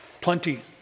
plenty